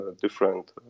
different